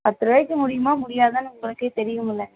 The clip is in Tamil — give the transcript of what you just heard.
பத்து ருபாயிக்கு முடியுமா முடியாதான்னு உங்களுக்கே தெரியுமிலேங்க